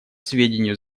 сведению